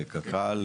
קק"ל,